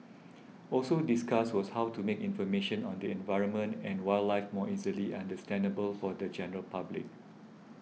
also discussed was how to make information on the environment and wildlife more easily understandable for the general public